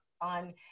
on